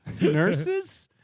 Nurses